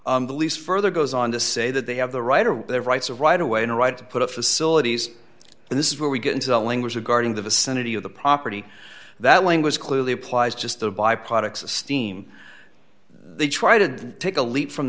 that the lease further goes on to say that they have the right of their rights of right away and a right to put up facilities and this is where we get into the language regarding the vicinity of the property that language clearly applies just the by products of steam they try to take a leap from